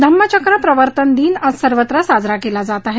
धम्मचक्र प्रवर्तन दिन आज सर्वत्र साजरा केला जात आहे